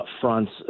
fronts